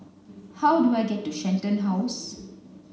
how do I get to Shenton House